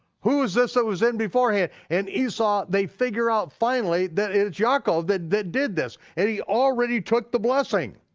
who was this that was in beforehand? and esau, they figure out finally that it's yaakov that that did this, and he already took the blessing.